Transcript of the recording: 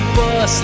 bus